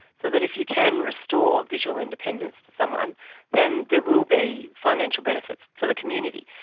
so that if you can restore visual independence to someone then there will be financial benefits for the community.